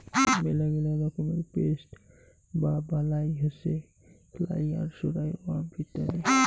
মেলাগিলা রকমের পেস্ট বা বালাই হসে ফ্লাই, আরশোলা, ওয়াস্প ইত্যাদি